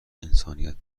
انسانیت